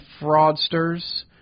fraudsters